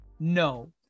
No